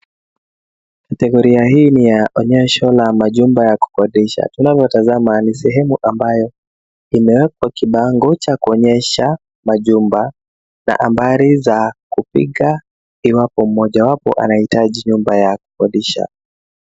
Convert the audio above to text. Kategoria hii ni ya onyesho la majumba ya kukodisha. Tunavyotazama ni sehemu ambayo imewekwa kibango cha kuonyesha majumba, nambari za kupiga iwapo mmojawapo anahitaji nyumba ya kukodisha.